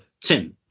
tim